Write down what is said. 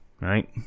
right